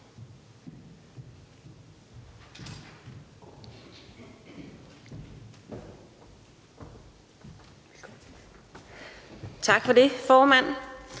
Tak for det, formand.